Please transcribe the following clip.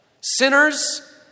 sinners